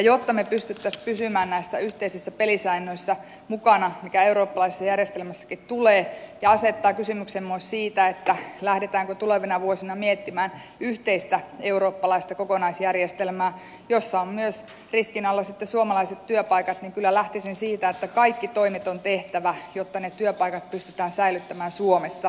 jotta me pystyisimme pysymään mukana näissä yhteisissä pelisäännöissä mitkä eurooppalaisessa järjestelmässäkin tulevat ja asettavat kysymyksen myös siitä lähdetäänkö tulevina vuosina miettimään yhteistä eurooppalaista kokonaisjärjestelmää jossa ovat myös riskin alla sitten suomalaiset työpaikat niin kyllä lähtisin siitä että kaikki toimet on tehtävä jotta ne työpaikat pystytään säilyttämään suomessa